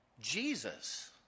Jesus